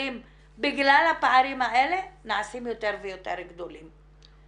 בגלל הפערים האלה נעשים יותר ויותר גדולים.